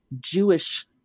Jewish